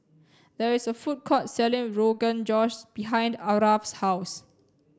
there is a food court selling Rogan Josh behind Aarav's house